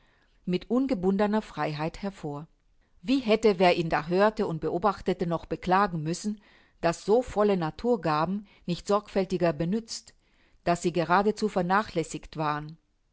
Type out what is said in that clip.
mit ungebundener freiheit hervor wie hätte wer ihn da hörte und beobachtete doch beklagen müssen daß so volle naturgaben nicht sorgfältiger benützt daß sie geradezu vernachlässiget waren